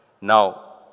Now